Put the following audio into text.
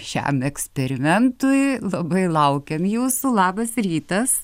šiam eksperimentui labai laukiam jūsų labas rytas